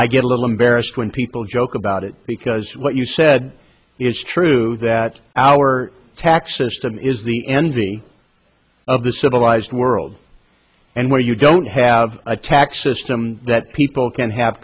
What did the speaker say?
i get a little embarrassed when people joke about it because what you said is true that our tax system is the envy of the civilized world and where you don't have a tax system that people can have